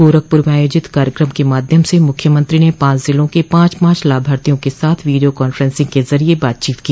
गोरखपुर में आयोजित कार्यक्रम के माध्यम से मुख्यमंत्री ने पांच जिलों के पांच पांच लाभार्थियों के साथ वीडियो कांफ्रेंसिंग के जरिए बातचीत की